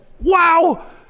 Wow